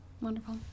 Wonderful